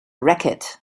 racket